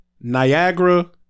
Niagara